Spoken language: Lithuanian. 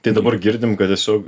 tai dabar girdim kad tiesiog